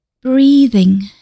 breathing